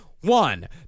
one